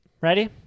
Ready